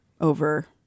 over